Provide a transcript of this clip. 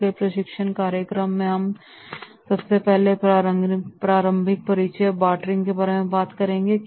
इसलिए प्रशिक्षण कार्यक्रम में हम पहले प्रारंभिक परिच्य और बार्टरिंग कि बात करेंगे